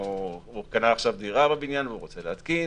הוא קנה עכשיו דירה בבניין והוא רוצה להתקין.